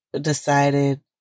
decided